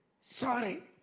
sorry